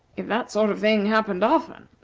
if that sort of thing happened often,